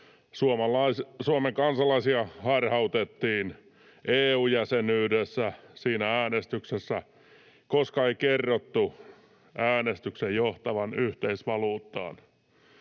Suomen kansalaisia harhautettiin EU-jäsenyydessä siinä äänestyksessä, koska ei kerrottu äänestyksen johtavan yhteisvaluuttaan.